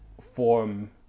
form